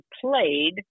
played